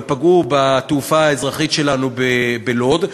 אבל פגעו בתעופה האזרחית שלנו בלוד.